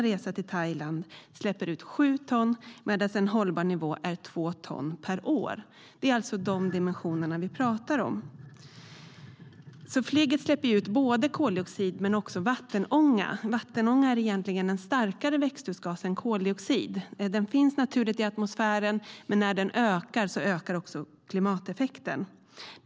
Det är dessa dimensioner vi pratar om. Flyget släpper ut både koldioxid och vattenånga. Vattenånga är egentligen en starkare växthusgas än koldioxid. Den finns naturligt i atmosfären, men när den ökar förstärks även klimateffekten.